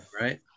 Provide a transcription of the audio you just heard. right